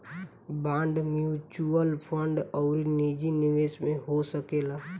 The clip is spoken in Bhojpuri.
बांड म्यूच्यूअल फंड अउरी निजी निवेश में हो सकेला